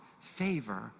favor